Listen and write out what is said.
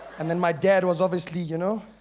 and then my dad was obviously, you know.